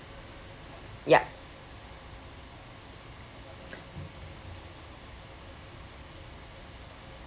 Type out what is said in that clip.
ya